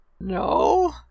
No